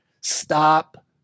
Stop